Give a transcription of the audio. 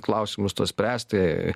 klausimus tuos spręsti